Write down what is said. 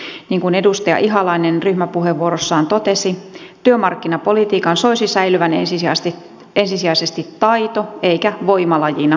niin kuin edustaja ihalainen ryhmäpuheenvuorossaan totesi työmarkkinapolitiikan soisi säilyvän ensisijaisesti taito eikä voimalajina